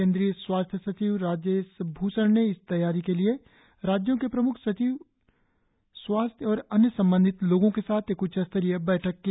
केंद्रीय स्वास्थ्य सचिव राजेश भूषण ने इस तैयारी के लिए राज्यों के प्रमुख सचिव स्वास्थ्य और अन्य संबंधित लोगों के साथ एक उच्च स्तरीय बैठक की